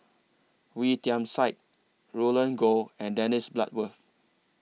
Wee Tian Siak Roland Goh and Dennis Bloodworth